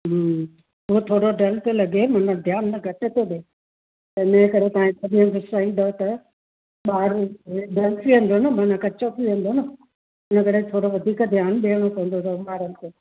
हो थोरो डल थो लॻे माना ध्यानु अञा घटि थो ॾिए हिनजे करे हेॾा ॾींहं त ॿारु डल थी वेंदो माना कचो थी वेंदो न हिन करे थोरो वधीक ध्यानु ॾियणो पवंदो अथव ॿारनि खे